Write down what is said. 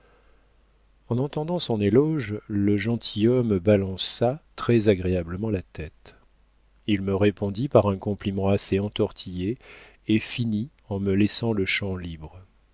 en entendant son éloge le gentilhomme balança très agréablement la tête il me répondit par un compliment assez entortillé et finit en me laissant le champ libre